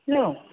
hello